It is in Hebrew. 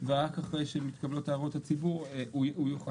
ורק אחרי שמתקבלות הערות הציבור הוא יוכל